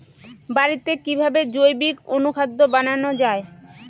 বাড়িতে কিভাবে জৈবিক অনুখাদ্য বানানো যায়?